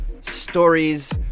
stories